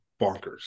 bonkers